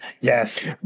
yes